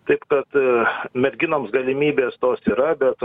taip kad merginoms galimybės tos yra be to